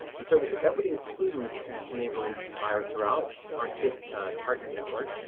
and so that would include an enabling fire throughout our hit partner network.